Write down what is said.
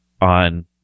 on